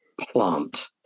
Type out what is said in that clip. Plant